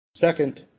Second